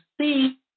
see